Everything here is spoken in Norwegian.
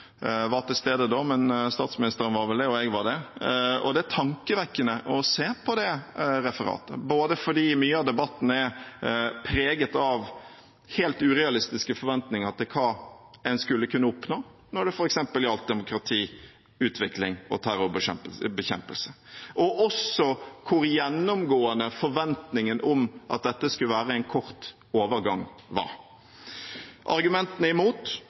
var til stede da, men statsministeren var vel det, og jeg var det, og det er tankevekkende å se på det referatet, både fordi mye av debatten er preget av helt urealistiske forventninger til hva en skulle kunne oppnå når det f.eks. gjaldt demokratiutvikling og terrorbekjempelse, og også hvor gjennomgående forventningen om at dette skulle være en kort overgang, var. Argumentene imot: